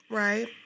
right